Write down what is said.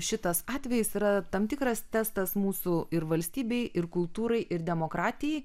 šitas atvejis yra tam tikras testas mūsų ir valstybei ir kultūrai ir demokratijai